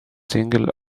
single